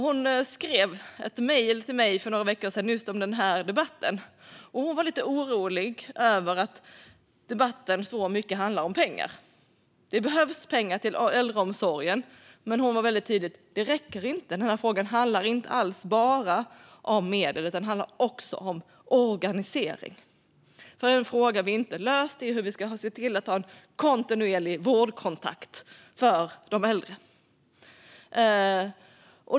Hon skrev ett mejl till mig för några veckor sedan just om den här debatten. Hon var lite orolig över att debatten så mycket handlar om pengar. Det behövs pengar till äldreomsorgen, men hon var väldigt tydlig med att det inte räcker, att den här frågan inte alls bara handlar om medel utan också om organisering. En fråga som vi inte har löst är hur vi ska se till att det finns en kontinuerlig vårdkontakt för de äldre.